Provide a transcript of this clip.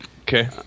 Okay